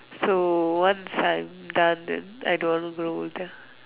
so one side done then I don't want to grow older